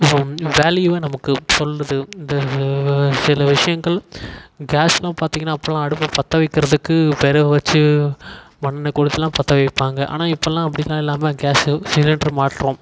வேல்யூவை நமக்கு சொல்லுது இது சில விஷயங்கள் கேஸ்னு பார்த்தீங்கன்னா அப்போல்லாம் அடுப்பு பற்ற வைக்கிறதுக்கு வெறகு வச்சு மண்ணெண்ணெய் கொளுத்தியெலாம் பற்ற வைப்பாங்க ஆனால் இப்போதெல்லாம் அப்படிலாம் இல்லாமல் கேஸு சிலிண்டரு மாட்டுறோம்